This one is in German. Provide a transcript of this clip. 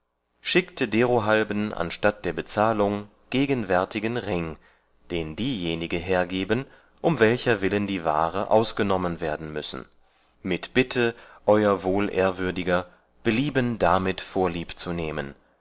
schickte derohalben anstatt der bezahlung gegenwärtigen ring den diejenige hergeben um welcher willen die ware ausgenommen werden müssen mit bitte e wohl ehrwürd belieben damit vorliebzunehmen